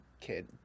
kid